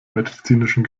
medizinischen